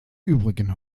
übrigen